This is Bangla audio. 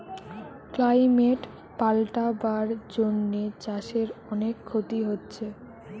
ক্লাইমেট পাল্টাবার জন্যে চাষের অনেক ক্ষতি হচ্ছে